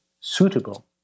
suitable